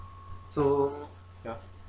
so ya